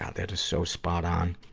ah that is so spot on!